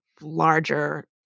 larger